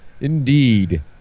Indeed